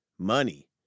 Money